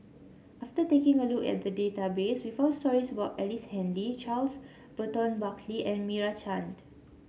after taking a look at the database we found stories about Ellice Handy Charles Burton Buckley and Meira Chand